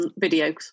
videos